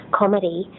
comedy